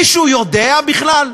מישהו יודע בכלל?